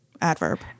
adverb